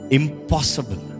impossible